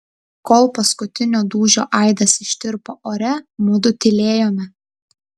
kol paskutinio dūžio aidas ištirpo ore mudu tylėjome